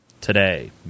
Today